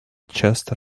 chester